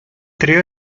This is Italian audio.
trio